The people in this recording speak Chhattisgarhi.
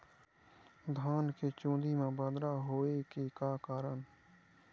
धान के चुन्दी मा बदरा होय के का कारण?